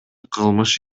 кылмыш